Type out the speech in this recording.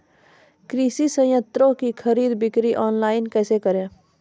कृषि संयंत्रों की खरीद बिक्री ऑनलाइन कैसे करे?